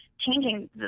changing